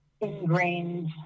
ingrained